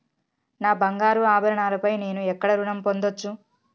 నా బంగారు ఆభరణాలపై నేను ఎక్కడ రుణం పొందచ్చు?